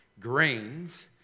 grains